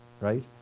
right